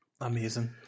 Amazing